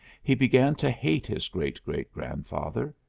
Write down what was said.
he began to hate his great-great-grandfather.